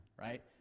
Right